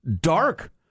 Dark